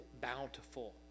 bountiful